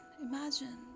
Imagine